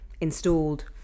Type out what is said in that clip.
installed